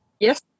Yes